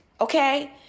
okay